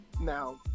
Now